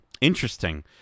Interesting